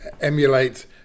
emulate